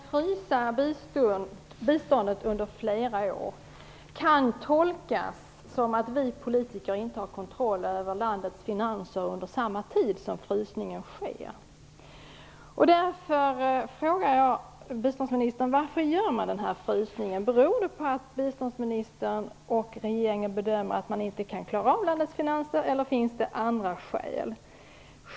Fru talman! Att frysa biståndet under flera år kan tolkas så att vi politiker inte har kontroll över landets finanser under samma tid som frysningen sker. Därför frågar jag biståndsministern varför den här frysningen görs. Beror det på att biståndsministern och regeringen bedömer att man inte kan klara av landets finanser eller finns det andra skäl?